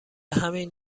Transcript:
همین